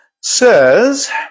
says